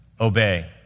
Obey